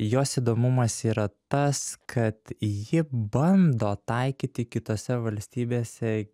jos įdomumas yra tas kad ji bando taikyti kitose valstybėse